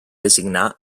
designar